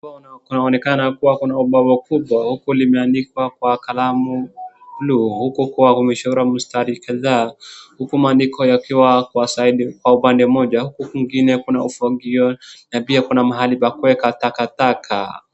Kunaonekana kuwa kuna ubawa kubwa huku limeandikwa kwa kalamu bluu . Huku kuwa kumeshorwa mistari kadhaa uku maandiko yakiwa kwa upande mmoja ,uku kwingine kuna ufagio na pia kuna mahali pa kueka takataka.